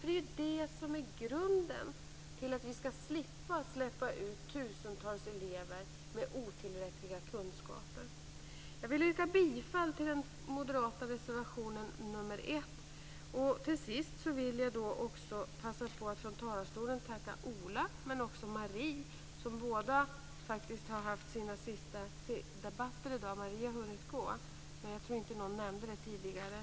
Det är ju det som är grunden för att vi skall slippa släppa ut tusentals elever med otillräckliga kunskaper. Jag yrkar bifall till den moderata reservationen nr Till sist vill jag också passa på att från talarstolen tacka Ola och Marie, som båda har fört sina sista debatter i dag. Marie har hunnit gå, och jag tror inte att någon nämnde det här tidigare.